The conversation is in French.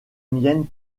mienne